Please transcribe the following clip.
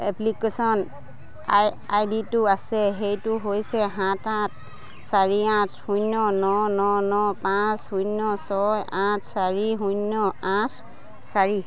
application I I ডিটো আছে সেইটো হৈছে সাত সাত চাৰি আঠ শূন্য ন ন ন পাঁচ শূন্য ছয় আঠ চাৰি শূন্য আঠ চাৰি